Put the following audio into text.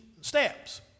steps